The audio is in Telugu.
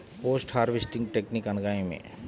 పోస్ట్ హార్వెస్టింగ్ టెక్నిక్ అనగా నేమి?